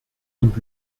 und